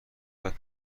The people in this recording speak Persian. بعد